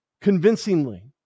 convincingly